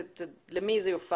למי זה יופץ?